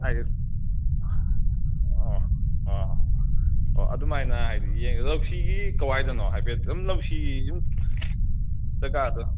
ꯍꯥꯏꯗꯤ ꯑꯣ ꯑꯣ ꯑꯣ ꯑꯗꯨꯃꯥꯏꯅ ꯍꯥꯏꯗꯤ ꯂꯧꯁꯤꯒꯤ ꯀꯥꯏꯋꯥꯏꯗꯅꯣ ꯍꯥꯏꯐꯦꯠ ꯑꯗꯨꯝ ꯂꯧꯁꯤꯒꯤ ꯌꯨꯝ